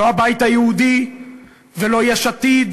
לא הבית היהודי ולא יש עתיד